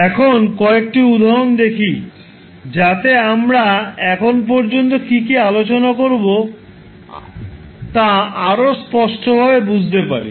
এখন কয়েকটি উদাহরণ দেখি যাতে আমরা এখন পর্যন্ত কী কী আলোচনা করব তা আরও স্পষ্টভাবে বুঝতে পারি